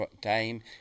time